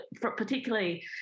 particularly